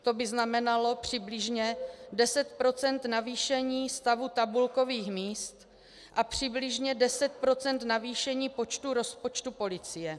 To by znamenalo přibližně 10 % navýšení stavu tabulkových míst a přibližně 10 % navýšení počtu rozpočtu policie.